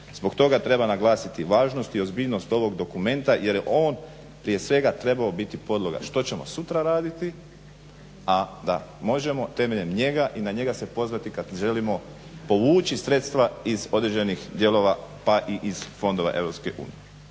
Zbog toga treba naglasiti važnost i ozbiljnost ovog dokumenta jer je on prije svega trebao biti podloga što ćemo sutra raditi, a da možemo temeljem njega i na njega se pozvati kad želimo povući sredstva iz određenih dijelova pa i iz fondova EU.